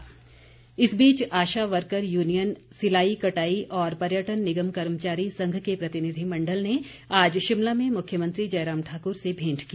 मुख्यमंत्री इस बीच आशा वर्कर यूनियन सिलाई कटाई और पर्यटन निगम कर्मचारी संघ के प्रतिनिधिमंडल ने आज शिमला में मुख्यमंत्री जयराम ठाकुर से भेंट की